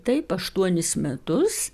taip aštuonis metus